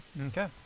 okay